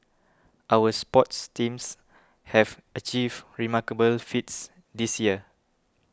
our sports teams have achieved remarkable feats this year